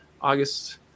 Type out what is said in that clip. august